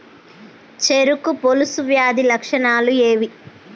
చెరుకు పొలుసు వ్యాధి లక్షణాలు ఏవి?